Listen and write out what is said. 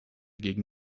gegen